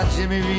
Jimmy